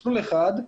מסלול אחד,